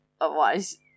Otherwise